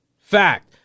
Fact